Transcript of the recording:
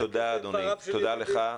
תודה רבה לך.